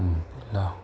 ल